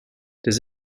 does